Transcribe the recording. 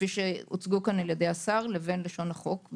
כפי שהוצגו פה על ידי השר ללשון החוק.